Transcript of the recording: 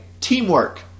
teamwork